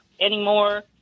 anymore